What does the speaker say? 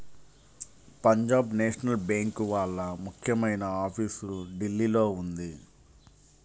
Punjab national bank వాళ్ళ ముఖ్యమైన office ఢిల్లీలో ఉంది